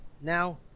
now